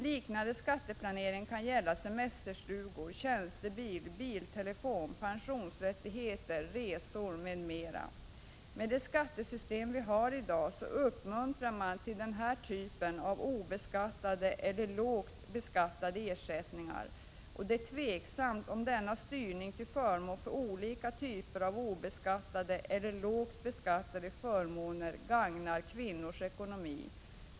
Liknande skatteplanering kan gälla semesterstugor, tjänstebil, biltelefon, pensionsrättigheter, resor m.m. Med det skattesystem vi har i dag uppmuntrar man till denna typ av obeskattade eller lågt beskattade ersättningar. Det är tveksamt om denna styrning till förmån för olika typer av obeskattade eller lågt beskattade förmåner gagnar kvinnors ekonomi.